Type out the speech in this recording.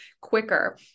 quicker